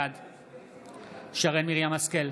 בעד שרן מרים השכל,